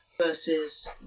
versus